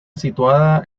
situada